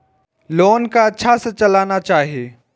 Loan के अच्छा से चलाना चाहि?